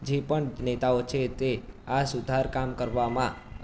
જે પણ નેતાઓ છે તે આ સુધાર કામ કરવામાં